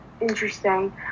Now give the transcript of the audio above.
Interesting